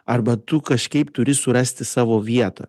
arba tu kažkaip turi surasti savo vietą